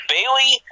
Bailey